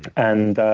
and